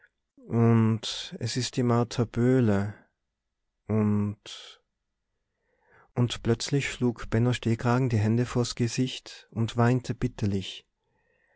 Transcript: und es ist die martha böhle und und plötzlich schlug benno stehkragen die hände vors gesicht und weinte bitterlich